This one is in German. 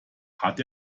hat